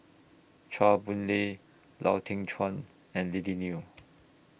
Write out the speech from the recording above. Chua Boon Lay Lau Teng Chuan and Lily Neo